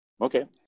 Okay